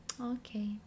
Okay